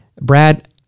Brad